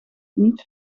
niet